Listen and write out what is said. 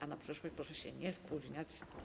A na przyszłość proszę się nie spóźniać.